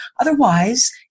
Otherwise